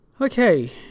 Okay